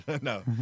no